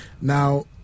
Now